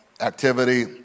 activity